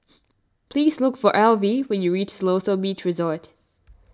please look for Alvie when you reach Siloso Beach Resort